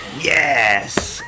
Yes